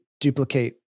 duplicate